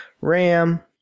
RAM